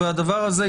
והדבר הזה,